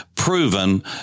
proven